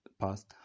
past